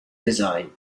design